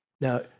Now